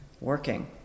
working